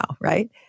right